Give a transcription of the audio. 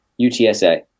utsa